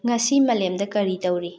ꯉꯁꯤ ꯃꯥꯂꯦꯝꯗ ꯀꯔꯤ ꯇꯧꯔꯤ